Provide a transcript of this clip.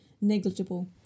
negligible